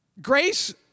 Grace